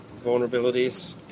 vulnerabilities